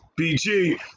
BG